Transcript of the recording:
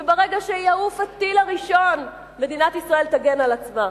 שברגע שיעוף הטיל הראשון מדינת ישראל תגן על עצמה.